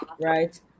right